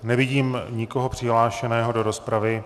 Nevidím nikoho přihlášeného do rozpravy.